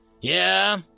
Yeah